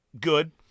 good